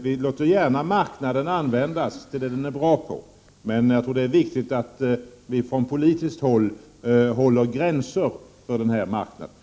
Vi låter gärna marknaden användas till det den är bra för, men jag tror att det är viktigt att vi från politiskt håll står fast vid gränserna för marknaderna.